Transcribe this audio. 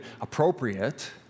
appropriate